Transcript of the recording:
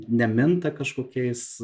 neminta kažkokiais